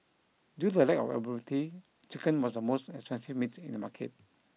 due to the lack of availability chicken was the most expensive meat in the market